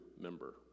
member